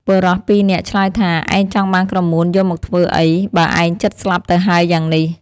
បុរសពីរនាក់ឆ្លើយថា "ឯងចង់បានក្រមួនយកមកធ្វើអ្វី! បើឯងជិតស្លាប់ទៅហើយយ៉ាងនេះ"។